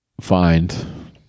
find